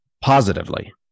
positively